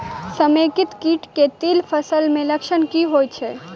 समेकित कीट केँ तिल फसल मे लक्षण की होइ छै?